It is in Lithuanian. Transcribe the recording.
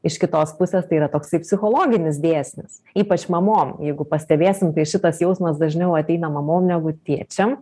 iš kitos pusės tai yra toksai psichologinis dėsnis ypač mamom jeigu pastebėsim tai šitas jausmas dažniau ateina mamom negu tėčiam